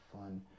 fun